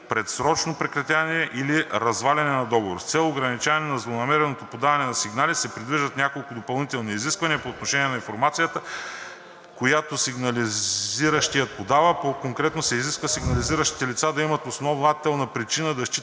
предсрочно прекратяване или разваляне на договор. С цел ограничаване на злонамереното подаване на сигнали се предвиждат няколко допълнителни изисквания по отношение на информацията, която сигнализиращият подава. По-конкретно се изисква сигнализиращите лица да имат основателна причина да считат,